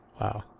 Wow